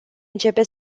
începe